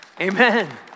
amen